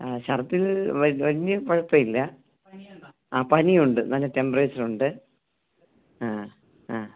ആ ഛർദ്ദിൽ വലിയ കുഴപ്പം ഇല്ല ആ പനിയുണ്ട് നല്ല ടെമ്പറേച്ചർ ഉണ്ട് ആ ആ